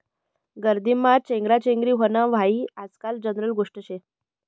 गर्दीमा चेंगराचेंगरी व्हनं हायी आजकाल जनरल गोष्ट शे